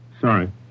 Sorry